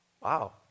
Wow